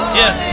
yes